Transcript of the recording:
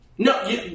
No